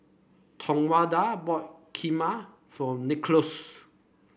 Tawanda bought Kheema for Nicholaus